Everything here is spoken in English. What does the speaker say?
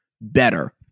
better